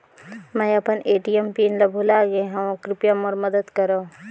मैं अपन ATM PIN ल भुला गे हवों, कृपया मोर मदद करव